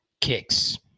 kicks